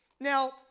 Now